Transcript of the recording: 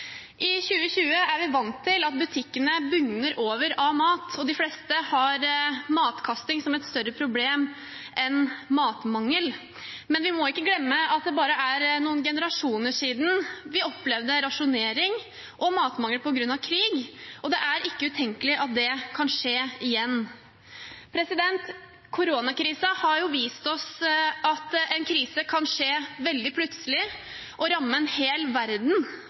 I 2020 er vi vant til at butikkene bugner over av mat. De fleste har matkasting som et større problem enn matmangel. Men vi må ikke glemme at det bare er noen generasjoner siden vi opplevde rasjonering og matmangel på grunn av krig. Det er ikke utenkelig at det kan skje igjen. Koronakrisen har vist oss at en krise kan skje veldig plutselig og ramme en hel verden